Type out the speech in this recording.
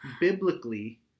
biblically